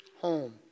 home